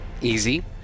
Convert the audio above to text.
easy